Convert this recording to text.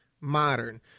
modern